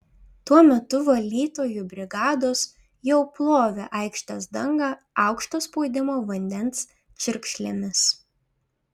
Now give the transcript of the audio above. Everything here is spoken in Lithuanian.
tuo metu valytojų brigados jau plovė aikštės dangą aukšto spaudimo vandens čiurkšlėmis